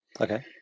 Okay